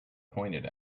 pointed